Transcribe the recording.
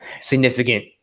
significant